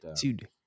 dude